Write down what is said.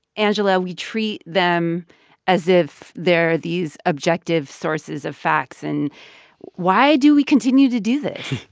angela, we treat them as if they're these objective sources of facts. and why do we continue to do this?